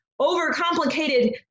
overcomplicated